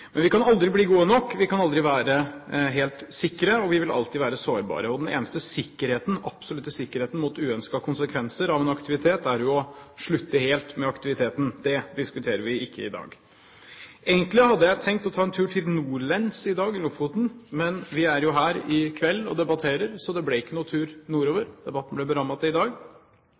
Men vi kan aldri bli gode nok, vi kan aldri være helt sikre. Vi vil alltid være sårbare. Den eneste absolutte sikkerheten mot uønskede konsekvenser av en aktivitet er å slutte helt med aktiviteten. Det diskuterer vi ikke i dag. Egentlig hadde jeg tenkt å ta en tur til NorLense i dag, i Lofoten, men vi er jo her i kveld og debatterer, så det ble ikke noen tur nordover. Debatten ble berammet til i dag.